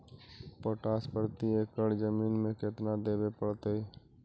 Potash प्रति एकड़ जमीन में केतना देबे पड़तै?